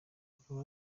akaba